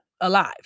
Alive